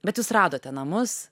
bet jūs radote namus